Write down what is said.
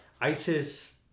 ISIS